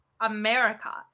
america